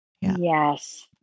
yes